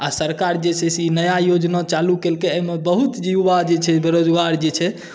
आ सरकार जे छै से ई नया योजना चालू केलकै एहिमे बहुत युवा जे छै बेरोजगार जे छै